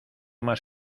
más